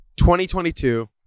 2022